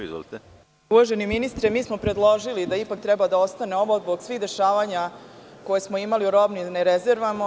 Uvaženi ministre, mi smo predložili da ipak treba da ostane ovo, zbog svih dešavanja koje smo imali u robnim rezervama.